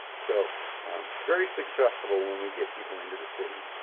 so very successful when we get people into the city.